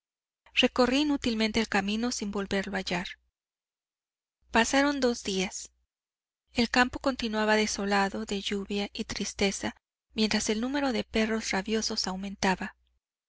recorrí inútilmente el camino sin volverlo a hallar pasaron dos días el campo continuaba desolado de lluvia y tristeza mientras el número de perros rabiosos aumentaba